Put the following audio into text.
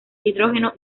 hidrógeno